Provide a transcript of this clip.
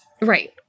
right